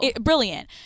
brilliant